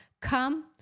come